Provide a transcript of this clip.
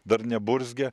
dar neburzgia